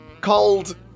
called